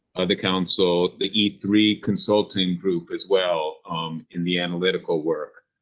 the council, the e three consulting group as well in the analytical work.